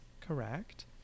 correct